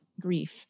grief